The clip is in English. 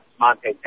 Monte